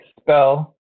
spell